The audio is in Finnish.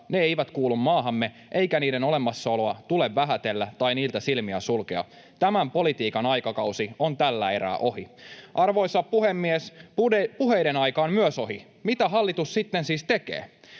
Ne eivät kuulu maahamme, eikä niiden olemassaoloa tule vähätellä tai niiltä silmiä sulkea. Tämän politiikan aikakausi on tällä erää ohi. Arvoisa puhemies! Puheiden aika on myös ohi. Mitä hallitus sitten siis tekee?